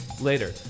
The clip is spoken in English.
later